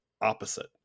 opposite